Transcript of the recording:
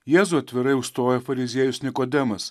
jėzų atvirai užstoja fariziejus nikodemas